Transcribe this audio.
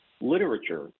literature